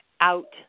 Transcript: out